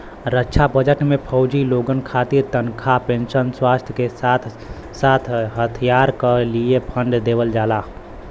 रक्षा budget में फौजी लोगन खातिर तनखा पेंशन, स्वास्थ के साथ साथ हथियार क लिए फण्ड देवल जाला